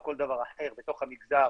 או כל דבר אחר בתוך המגזר,